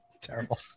Terrible